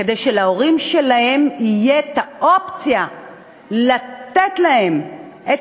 כדי שלהורים שלהם תהיה האופציה לתת להם את